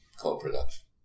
co-production